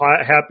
happy